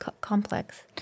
complex